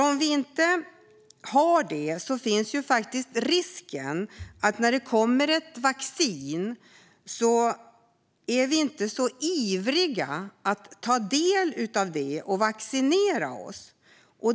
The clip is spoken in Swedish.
Om vi inte har det finns risk att man inte är så ivrig att vaccinera sig när vaccinet kommer.